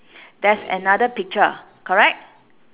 there's another picture correct